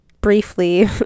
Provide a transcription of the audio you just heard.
briefly